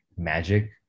magic